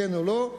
כן או לא.